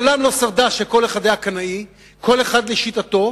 מעולם לא שרדה כשכל אחד היה קנאי, כל אחד לשיטתו,